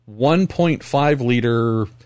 1.5-liter